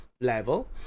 level